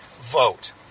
vote